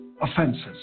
offenses